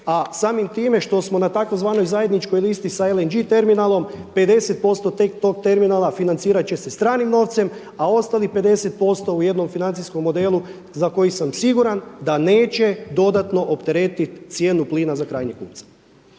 A samim time što smo na tzv. zajedničkoj listi sa LNG terminalom 50% tek tog terminala financirat će se stranim novcem, a ostalim 50% u jednom financijskom modelu za koji sam siguran da neće dodatno opteretiti cijenu plina za krajnjeg kupca.